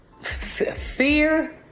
fear